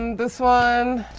and this one.